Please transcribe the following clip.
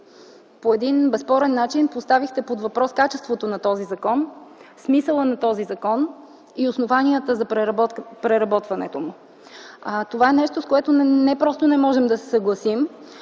по един безспорен начин поставихте под въпрос качеството на този закон, смисъла на този закон и основанията за преработването му. Това е нещо, с което не просто не можем да се съгласим,